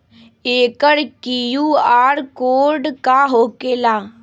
एकर QR code का होकेला?